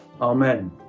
Amen